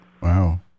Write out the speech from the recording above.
Wow